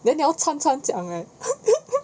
then 你要参参讲 leh